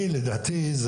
לדעתי,